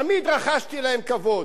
תמיד רחשתי להם כבוד.